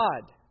God